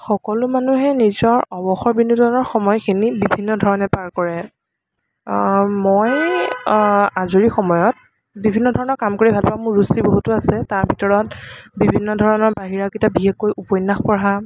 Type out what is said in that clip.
সকলো মানুহে নিজৰ অৱসৰ বিনোদনৰ সময়খিনি বিভিন্ন ধৰণে পাৰ কৰে মই আজৰি সময়ত বিভিন্ন ধৰণৰ কাম কৰি ভালপাওঁ মোৰ ৰুচি বহুতো আছে তাৰভিতৰত বিভিন্ন ধৰণৰ বাহিৰা কিতাপ বিশেষকৈ উপন্য়াস পঢ়া